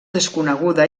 desconeguda